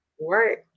Right